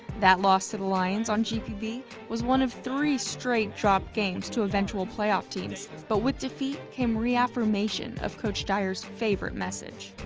that loss to the lions on gpb was one of three straight drop games to eventual playoff teams but with he defeat came reaffirmation of coach dyer's favorite message.